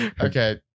Okay